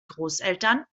großeltern